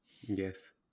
Yes